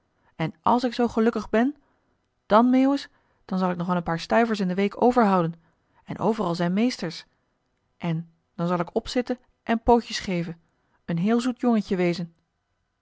en àls ik zoo gelukkig ben dan meeuwis dan zal ik nog wel een paar stuivers in de week overhouden en overal zijn meesters en dan zal ik opzitten en pootjes geven een heel zoet jongetje wezen